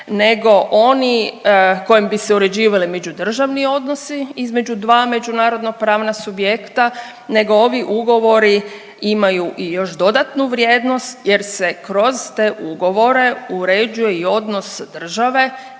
nego oni kojim bi se uređivali međudržavni odnosi između dva međunarodno pravna subjekta nego ovi ugovori imaju i još dodatnu vrijednost jer se kroz te ugovore uređuje i odnos države